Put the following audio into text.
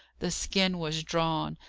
the skin was drawn,